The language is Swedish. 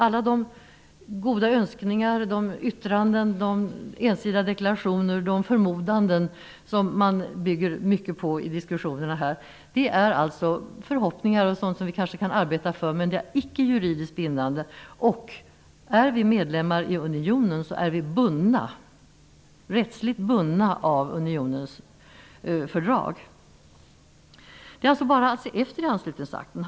Alla de goda önskningarna, de yttranden, de ensidiga deklarationerna och de förmodanden som man bygger mycket på i diskussionerna är förhoppningar som vi kanske kan arbeta för men som icke är juridiskt bindande. Om vi är medlemmar i unionen är vi rättsligt bundna av unionens fördrag. Det är alltså bara att se efter i Anslutningsakten.